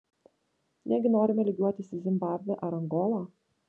negi norime lygiuotis į zimbabvę ar angolą